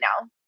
now